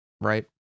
right